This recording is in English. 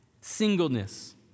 Singleness